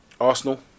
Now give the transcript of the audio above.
Arsenal